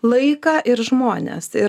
laiką ir žmones ir